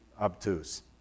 obtuse